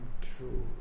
true